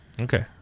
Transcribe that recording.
Okay